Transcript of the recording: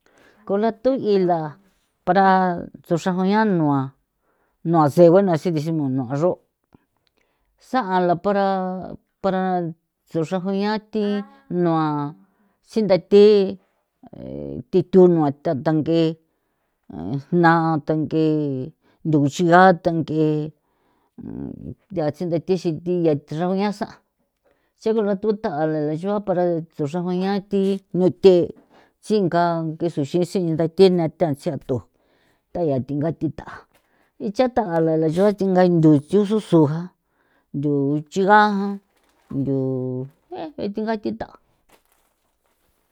Kula thuila para xru xra jua'ian nua nuase gueno asi decimos nu arro sa'a la para para ruxra jua'ian thi nua sindathi thithunua thathange na thang'e nduguxiga thang'e ndi a tsindathi xithi rauña sa' tse rugathutha'a lele xrua para ruxra juañan thinuthe tsinga ngexu xisintha thena thantsea thu thayea thinga thitha ichatha' ala la yo thinga ndo tsususu jan ndu chiga jan ndu eje thinga thitha.